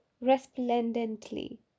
resplendently